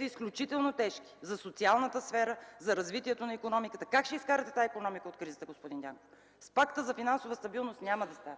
изключително тежки последствия – за социалната сфера, за развитието на икономиката? Как ще изкарате тази икономика от кризата, господин Дянков? С Пакта за финансова стабилност няма да стане!